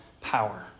power